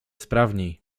sprawniej